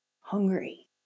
hungry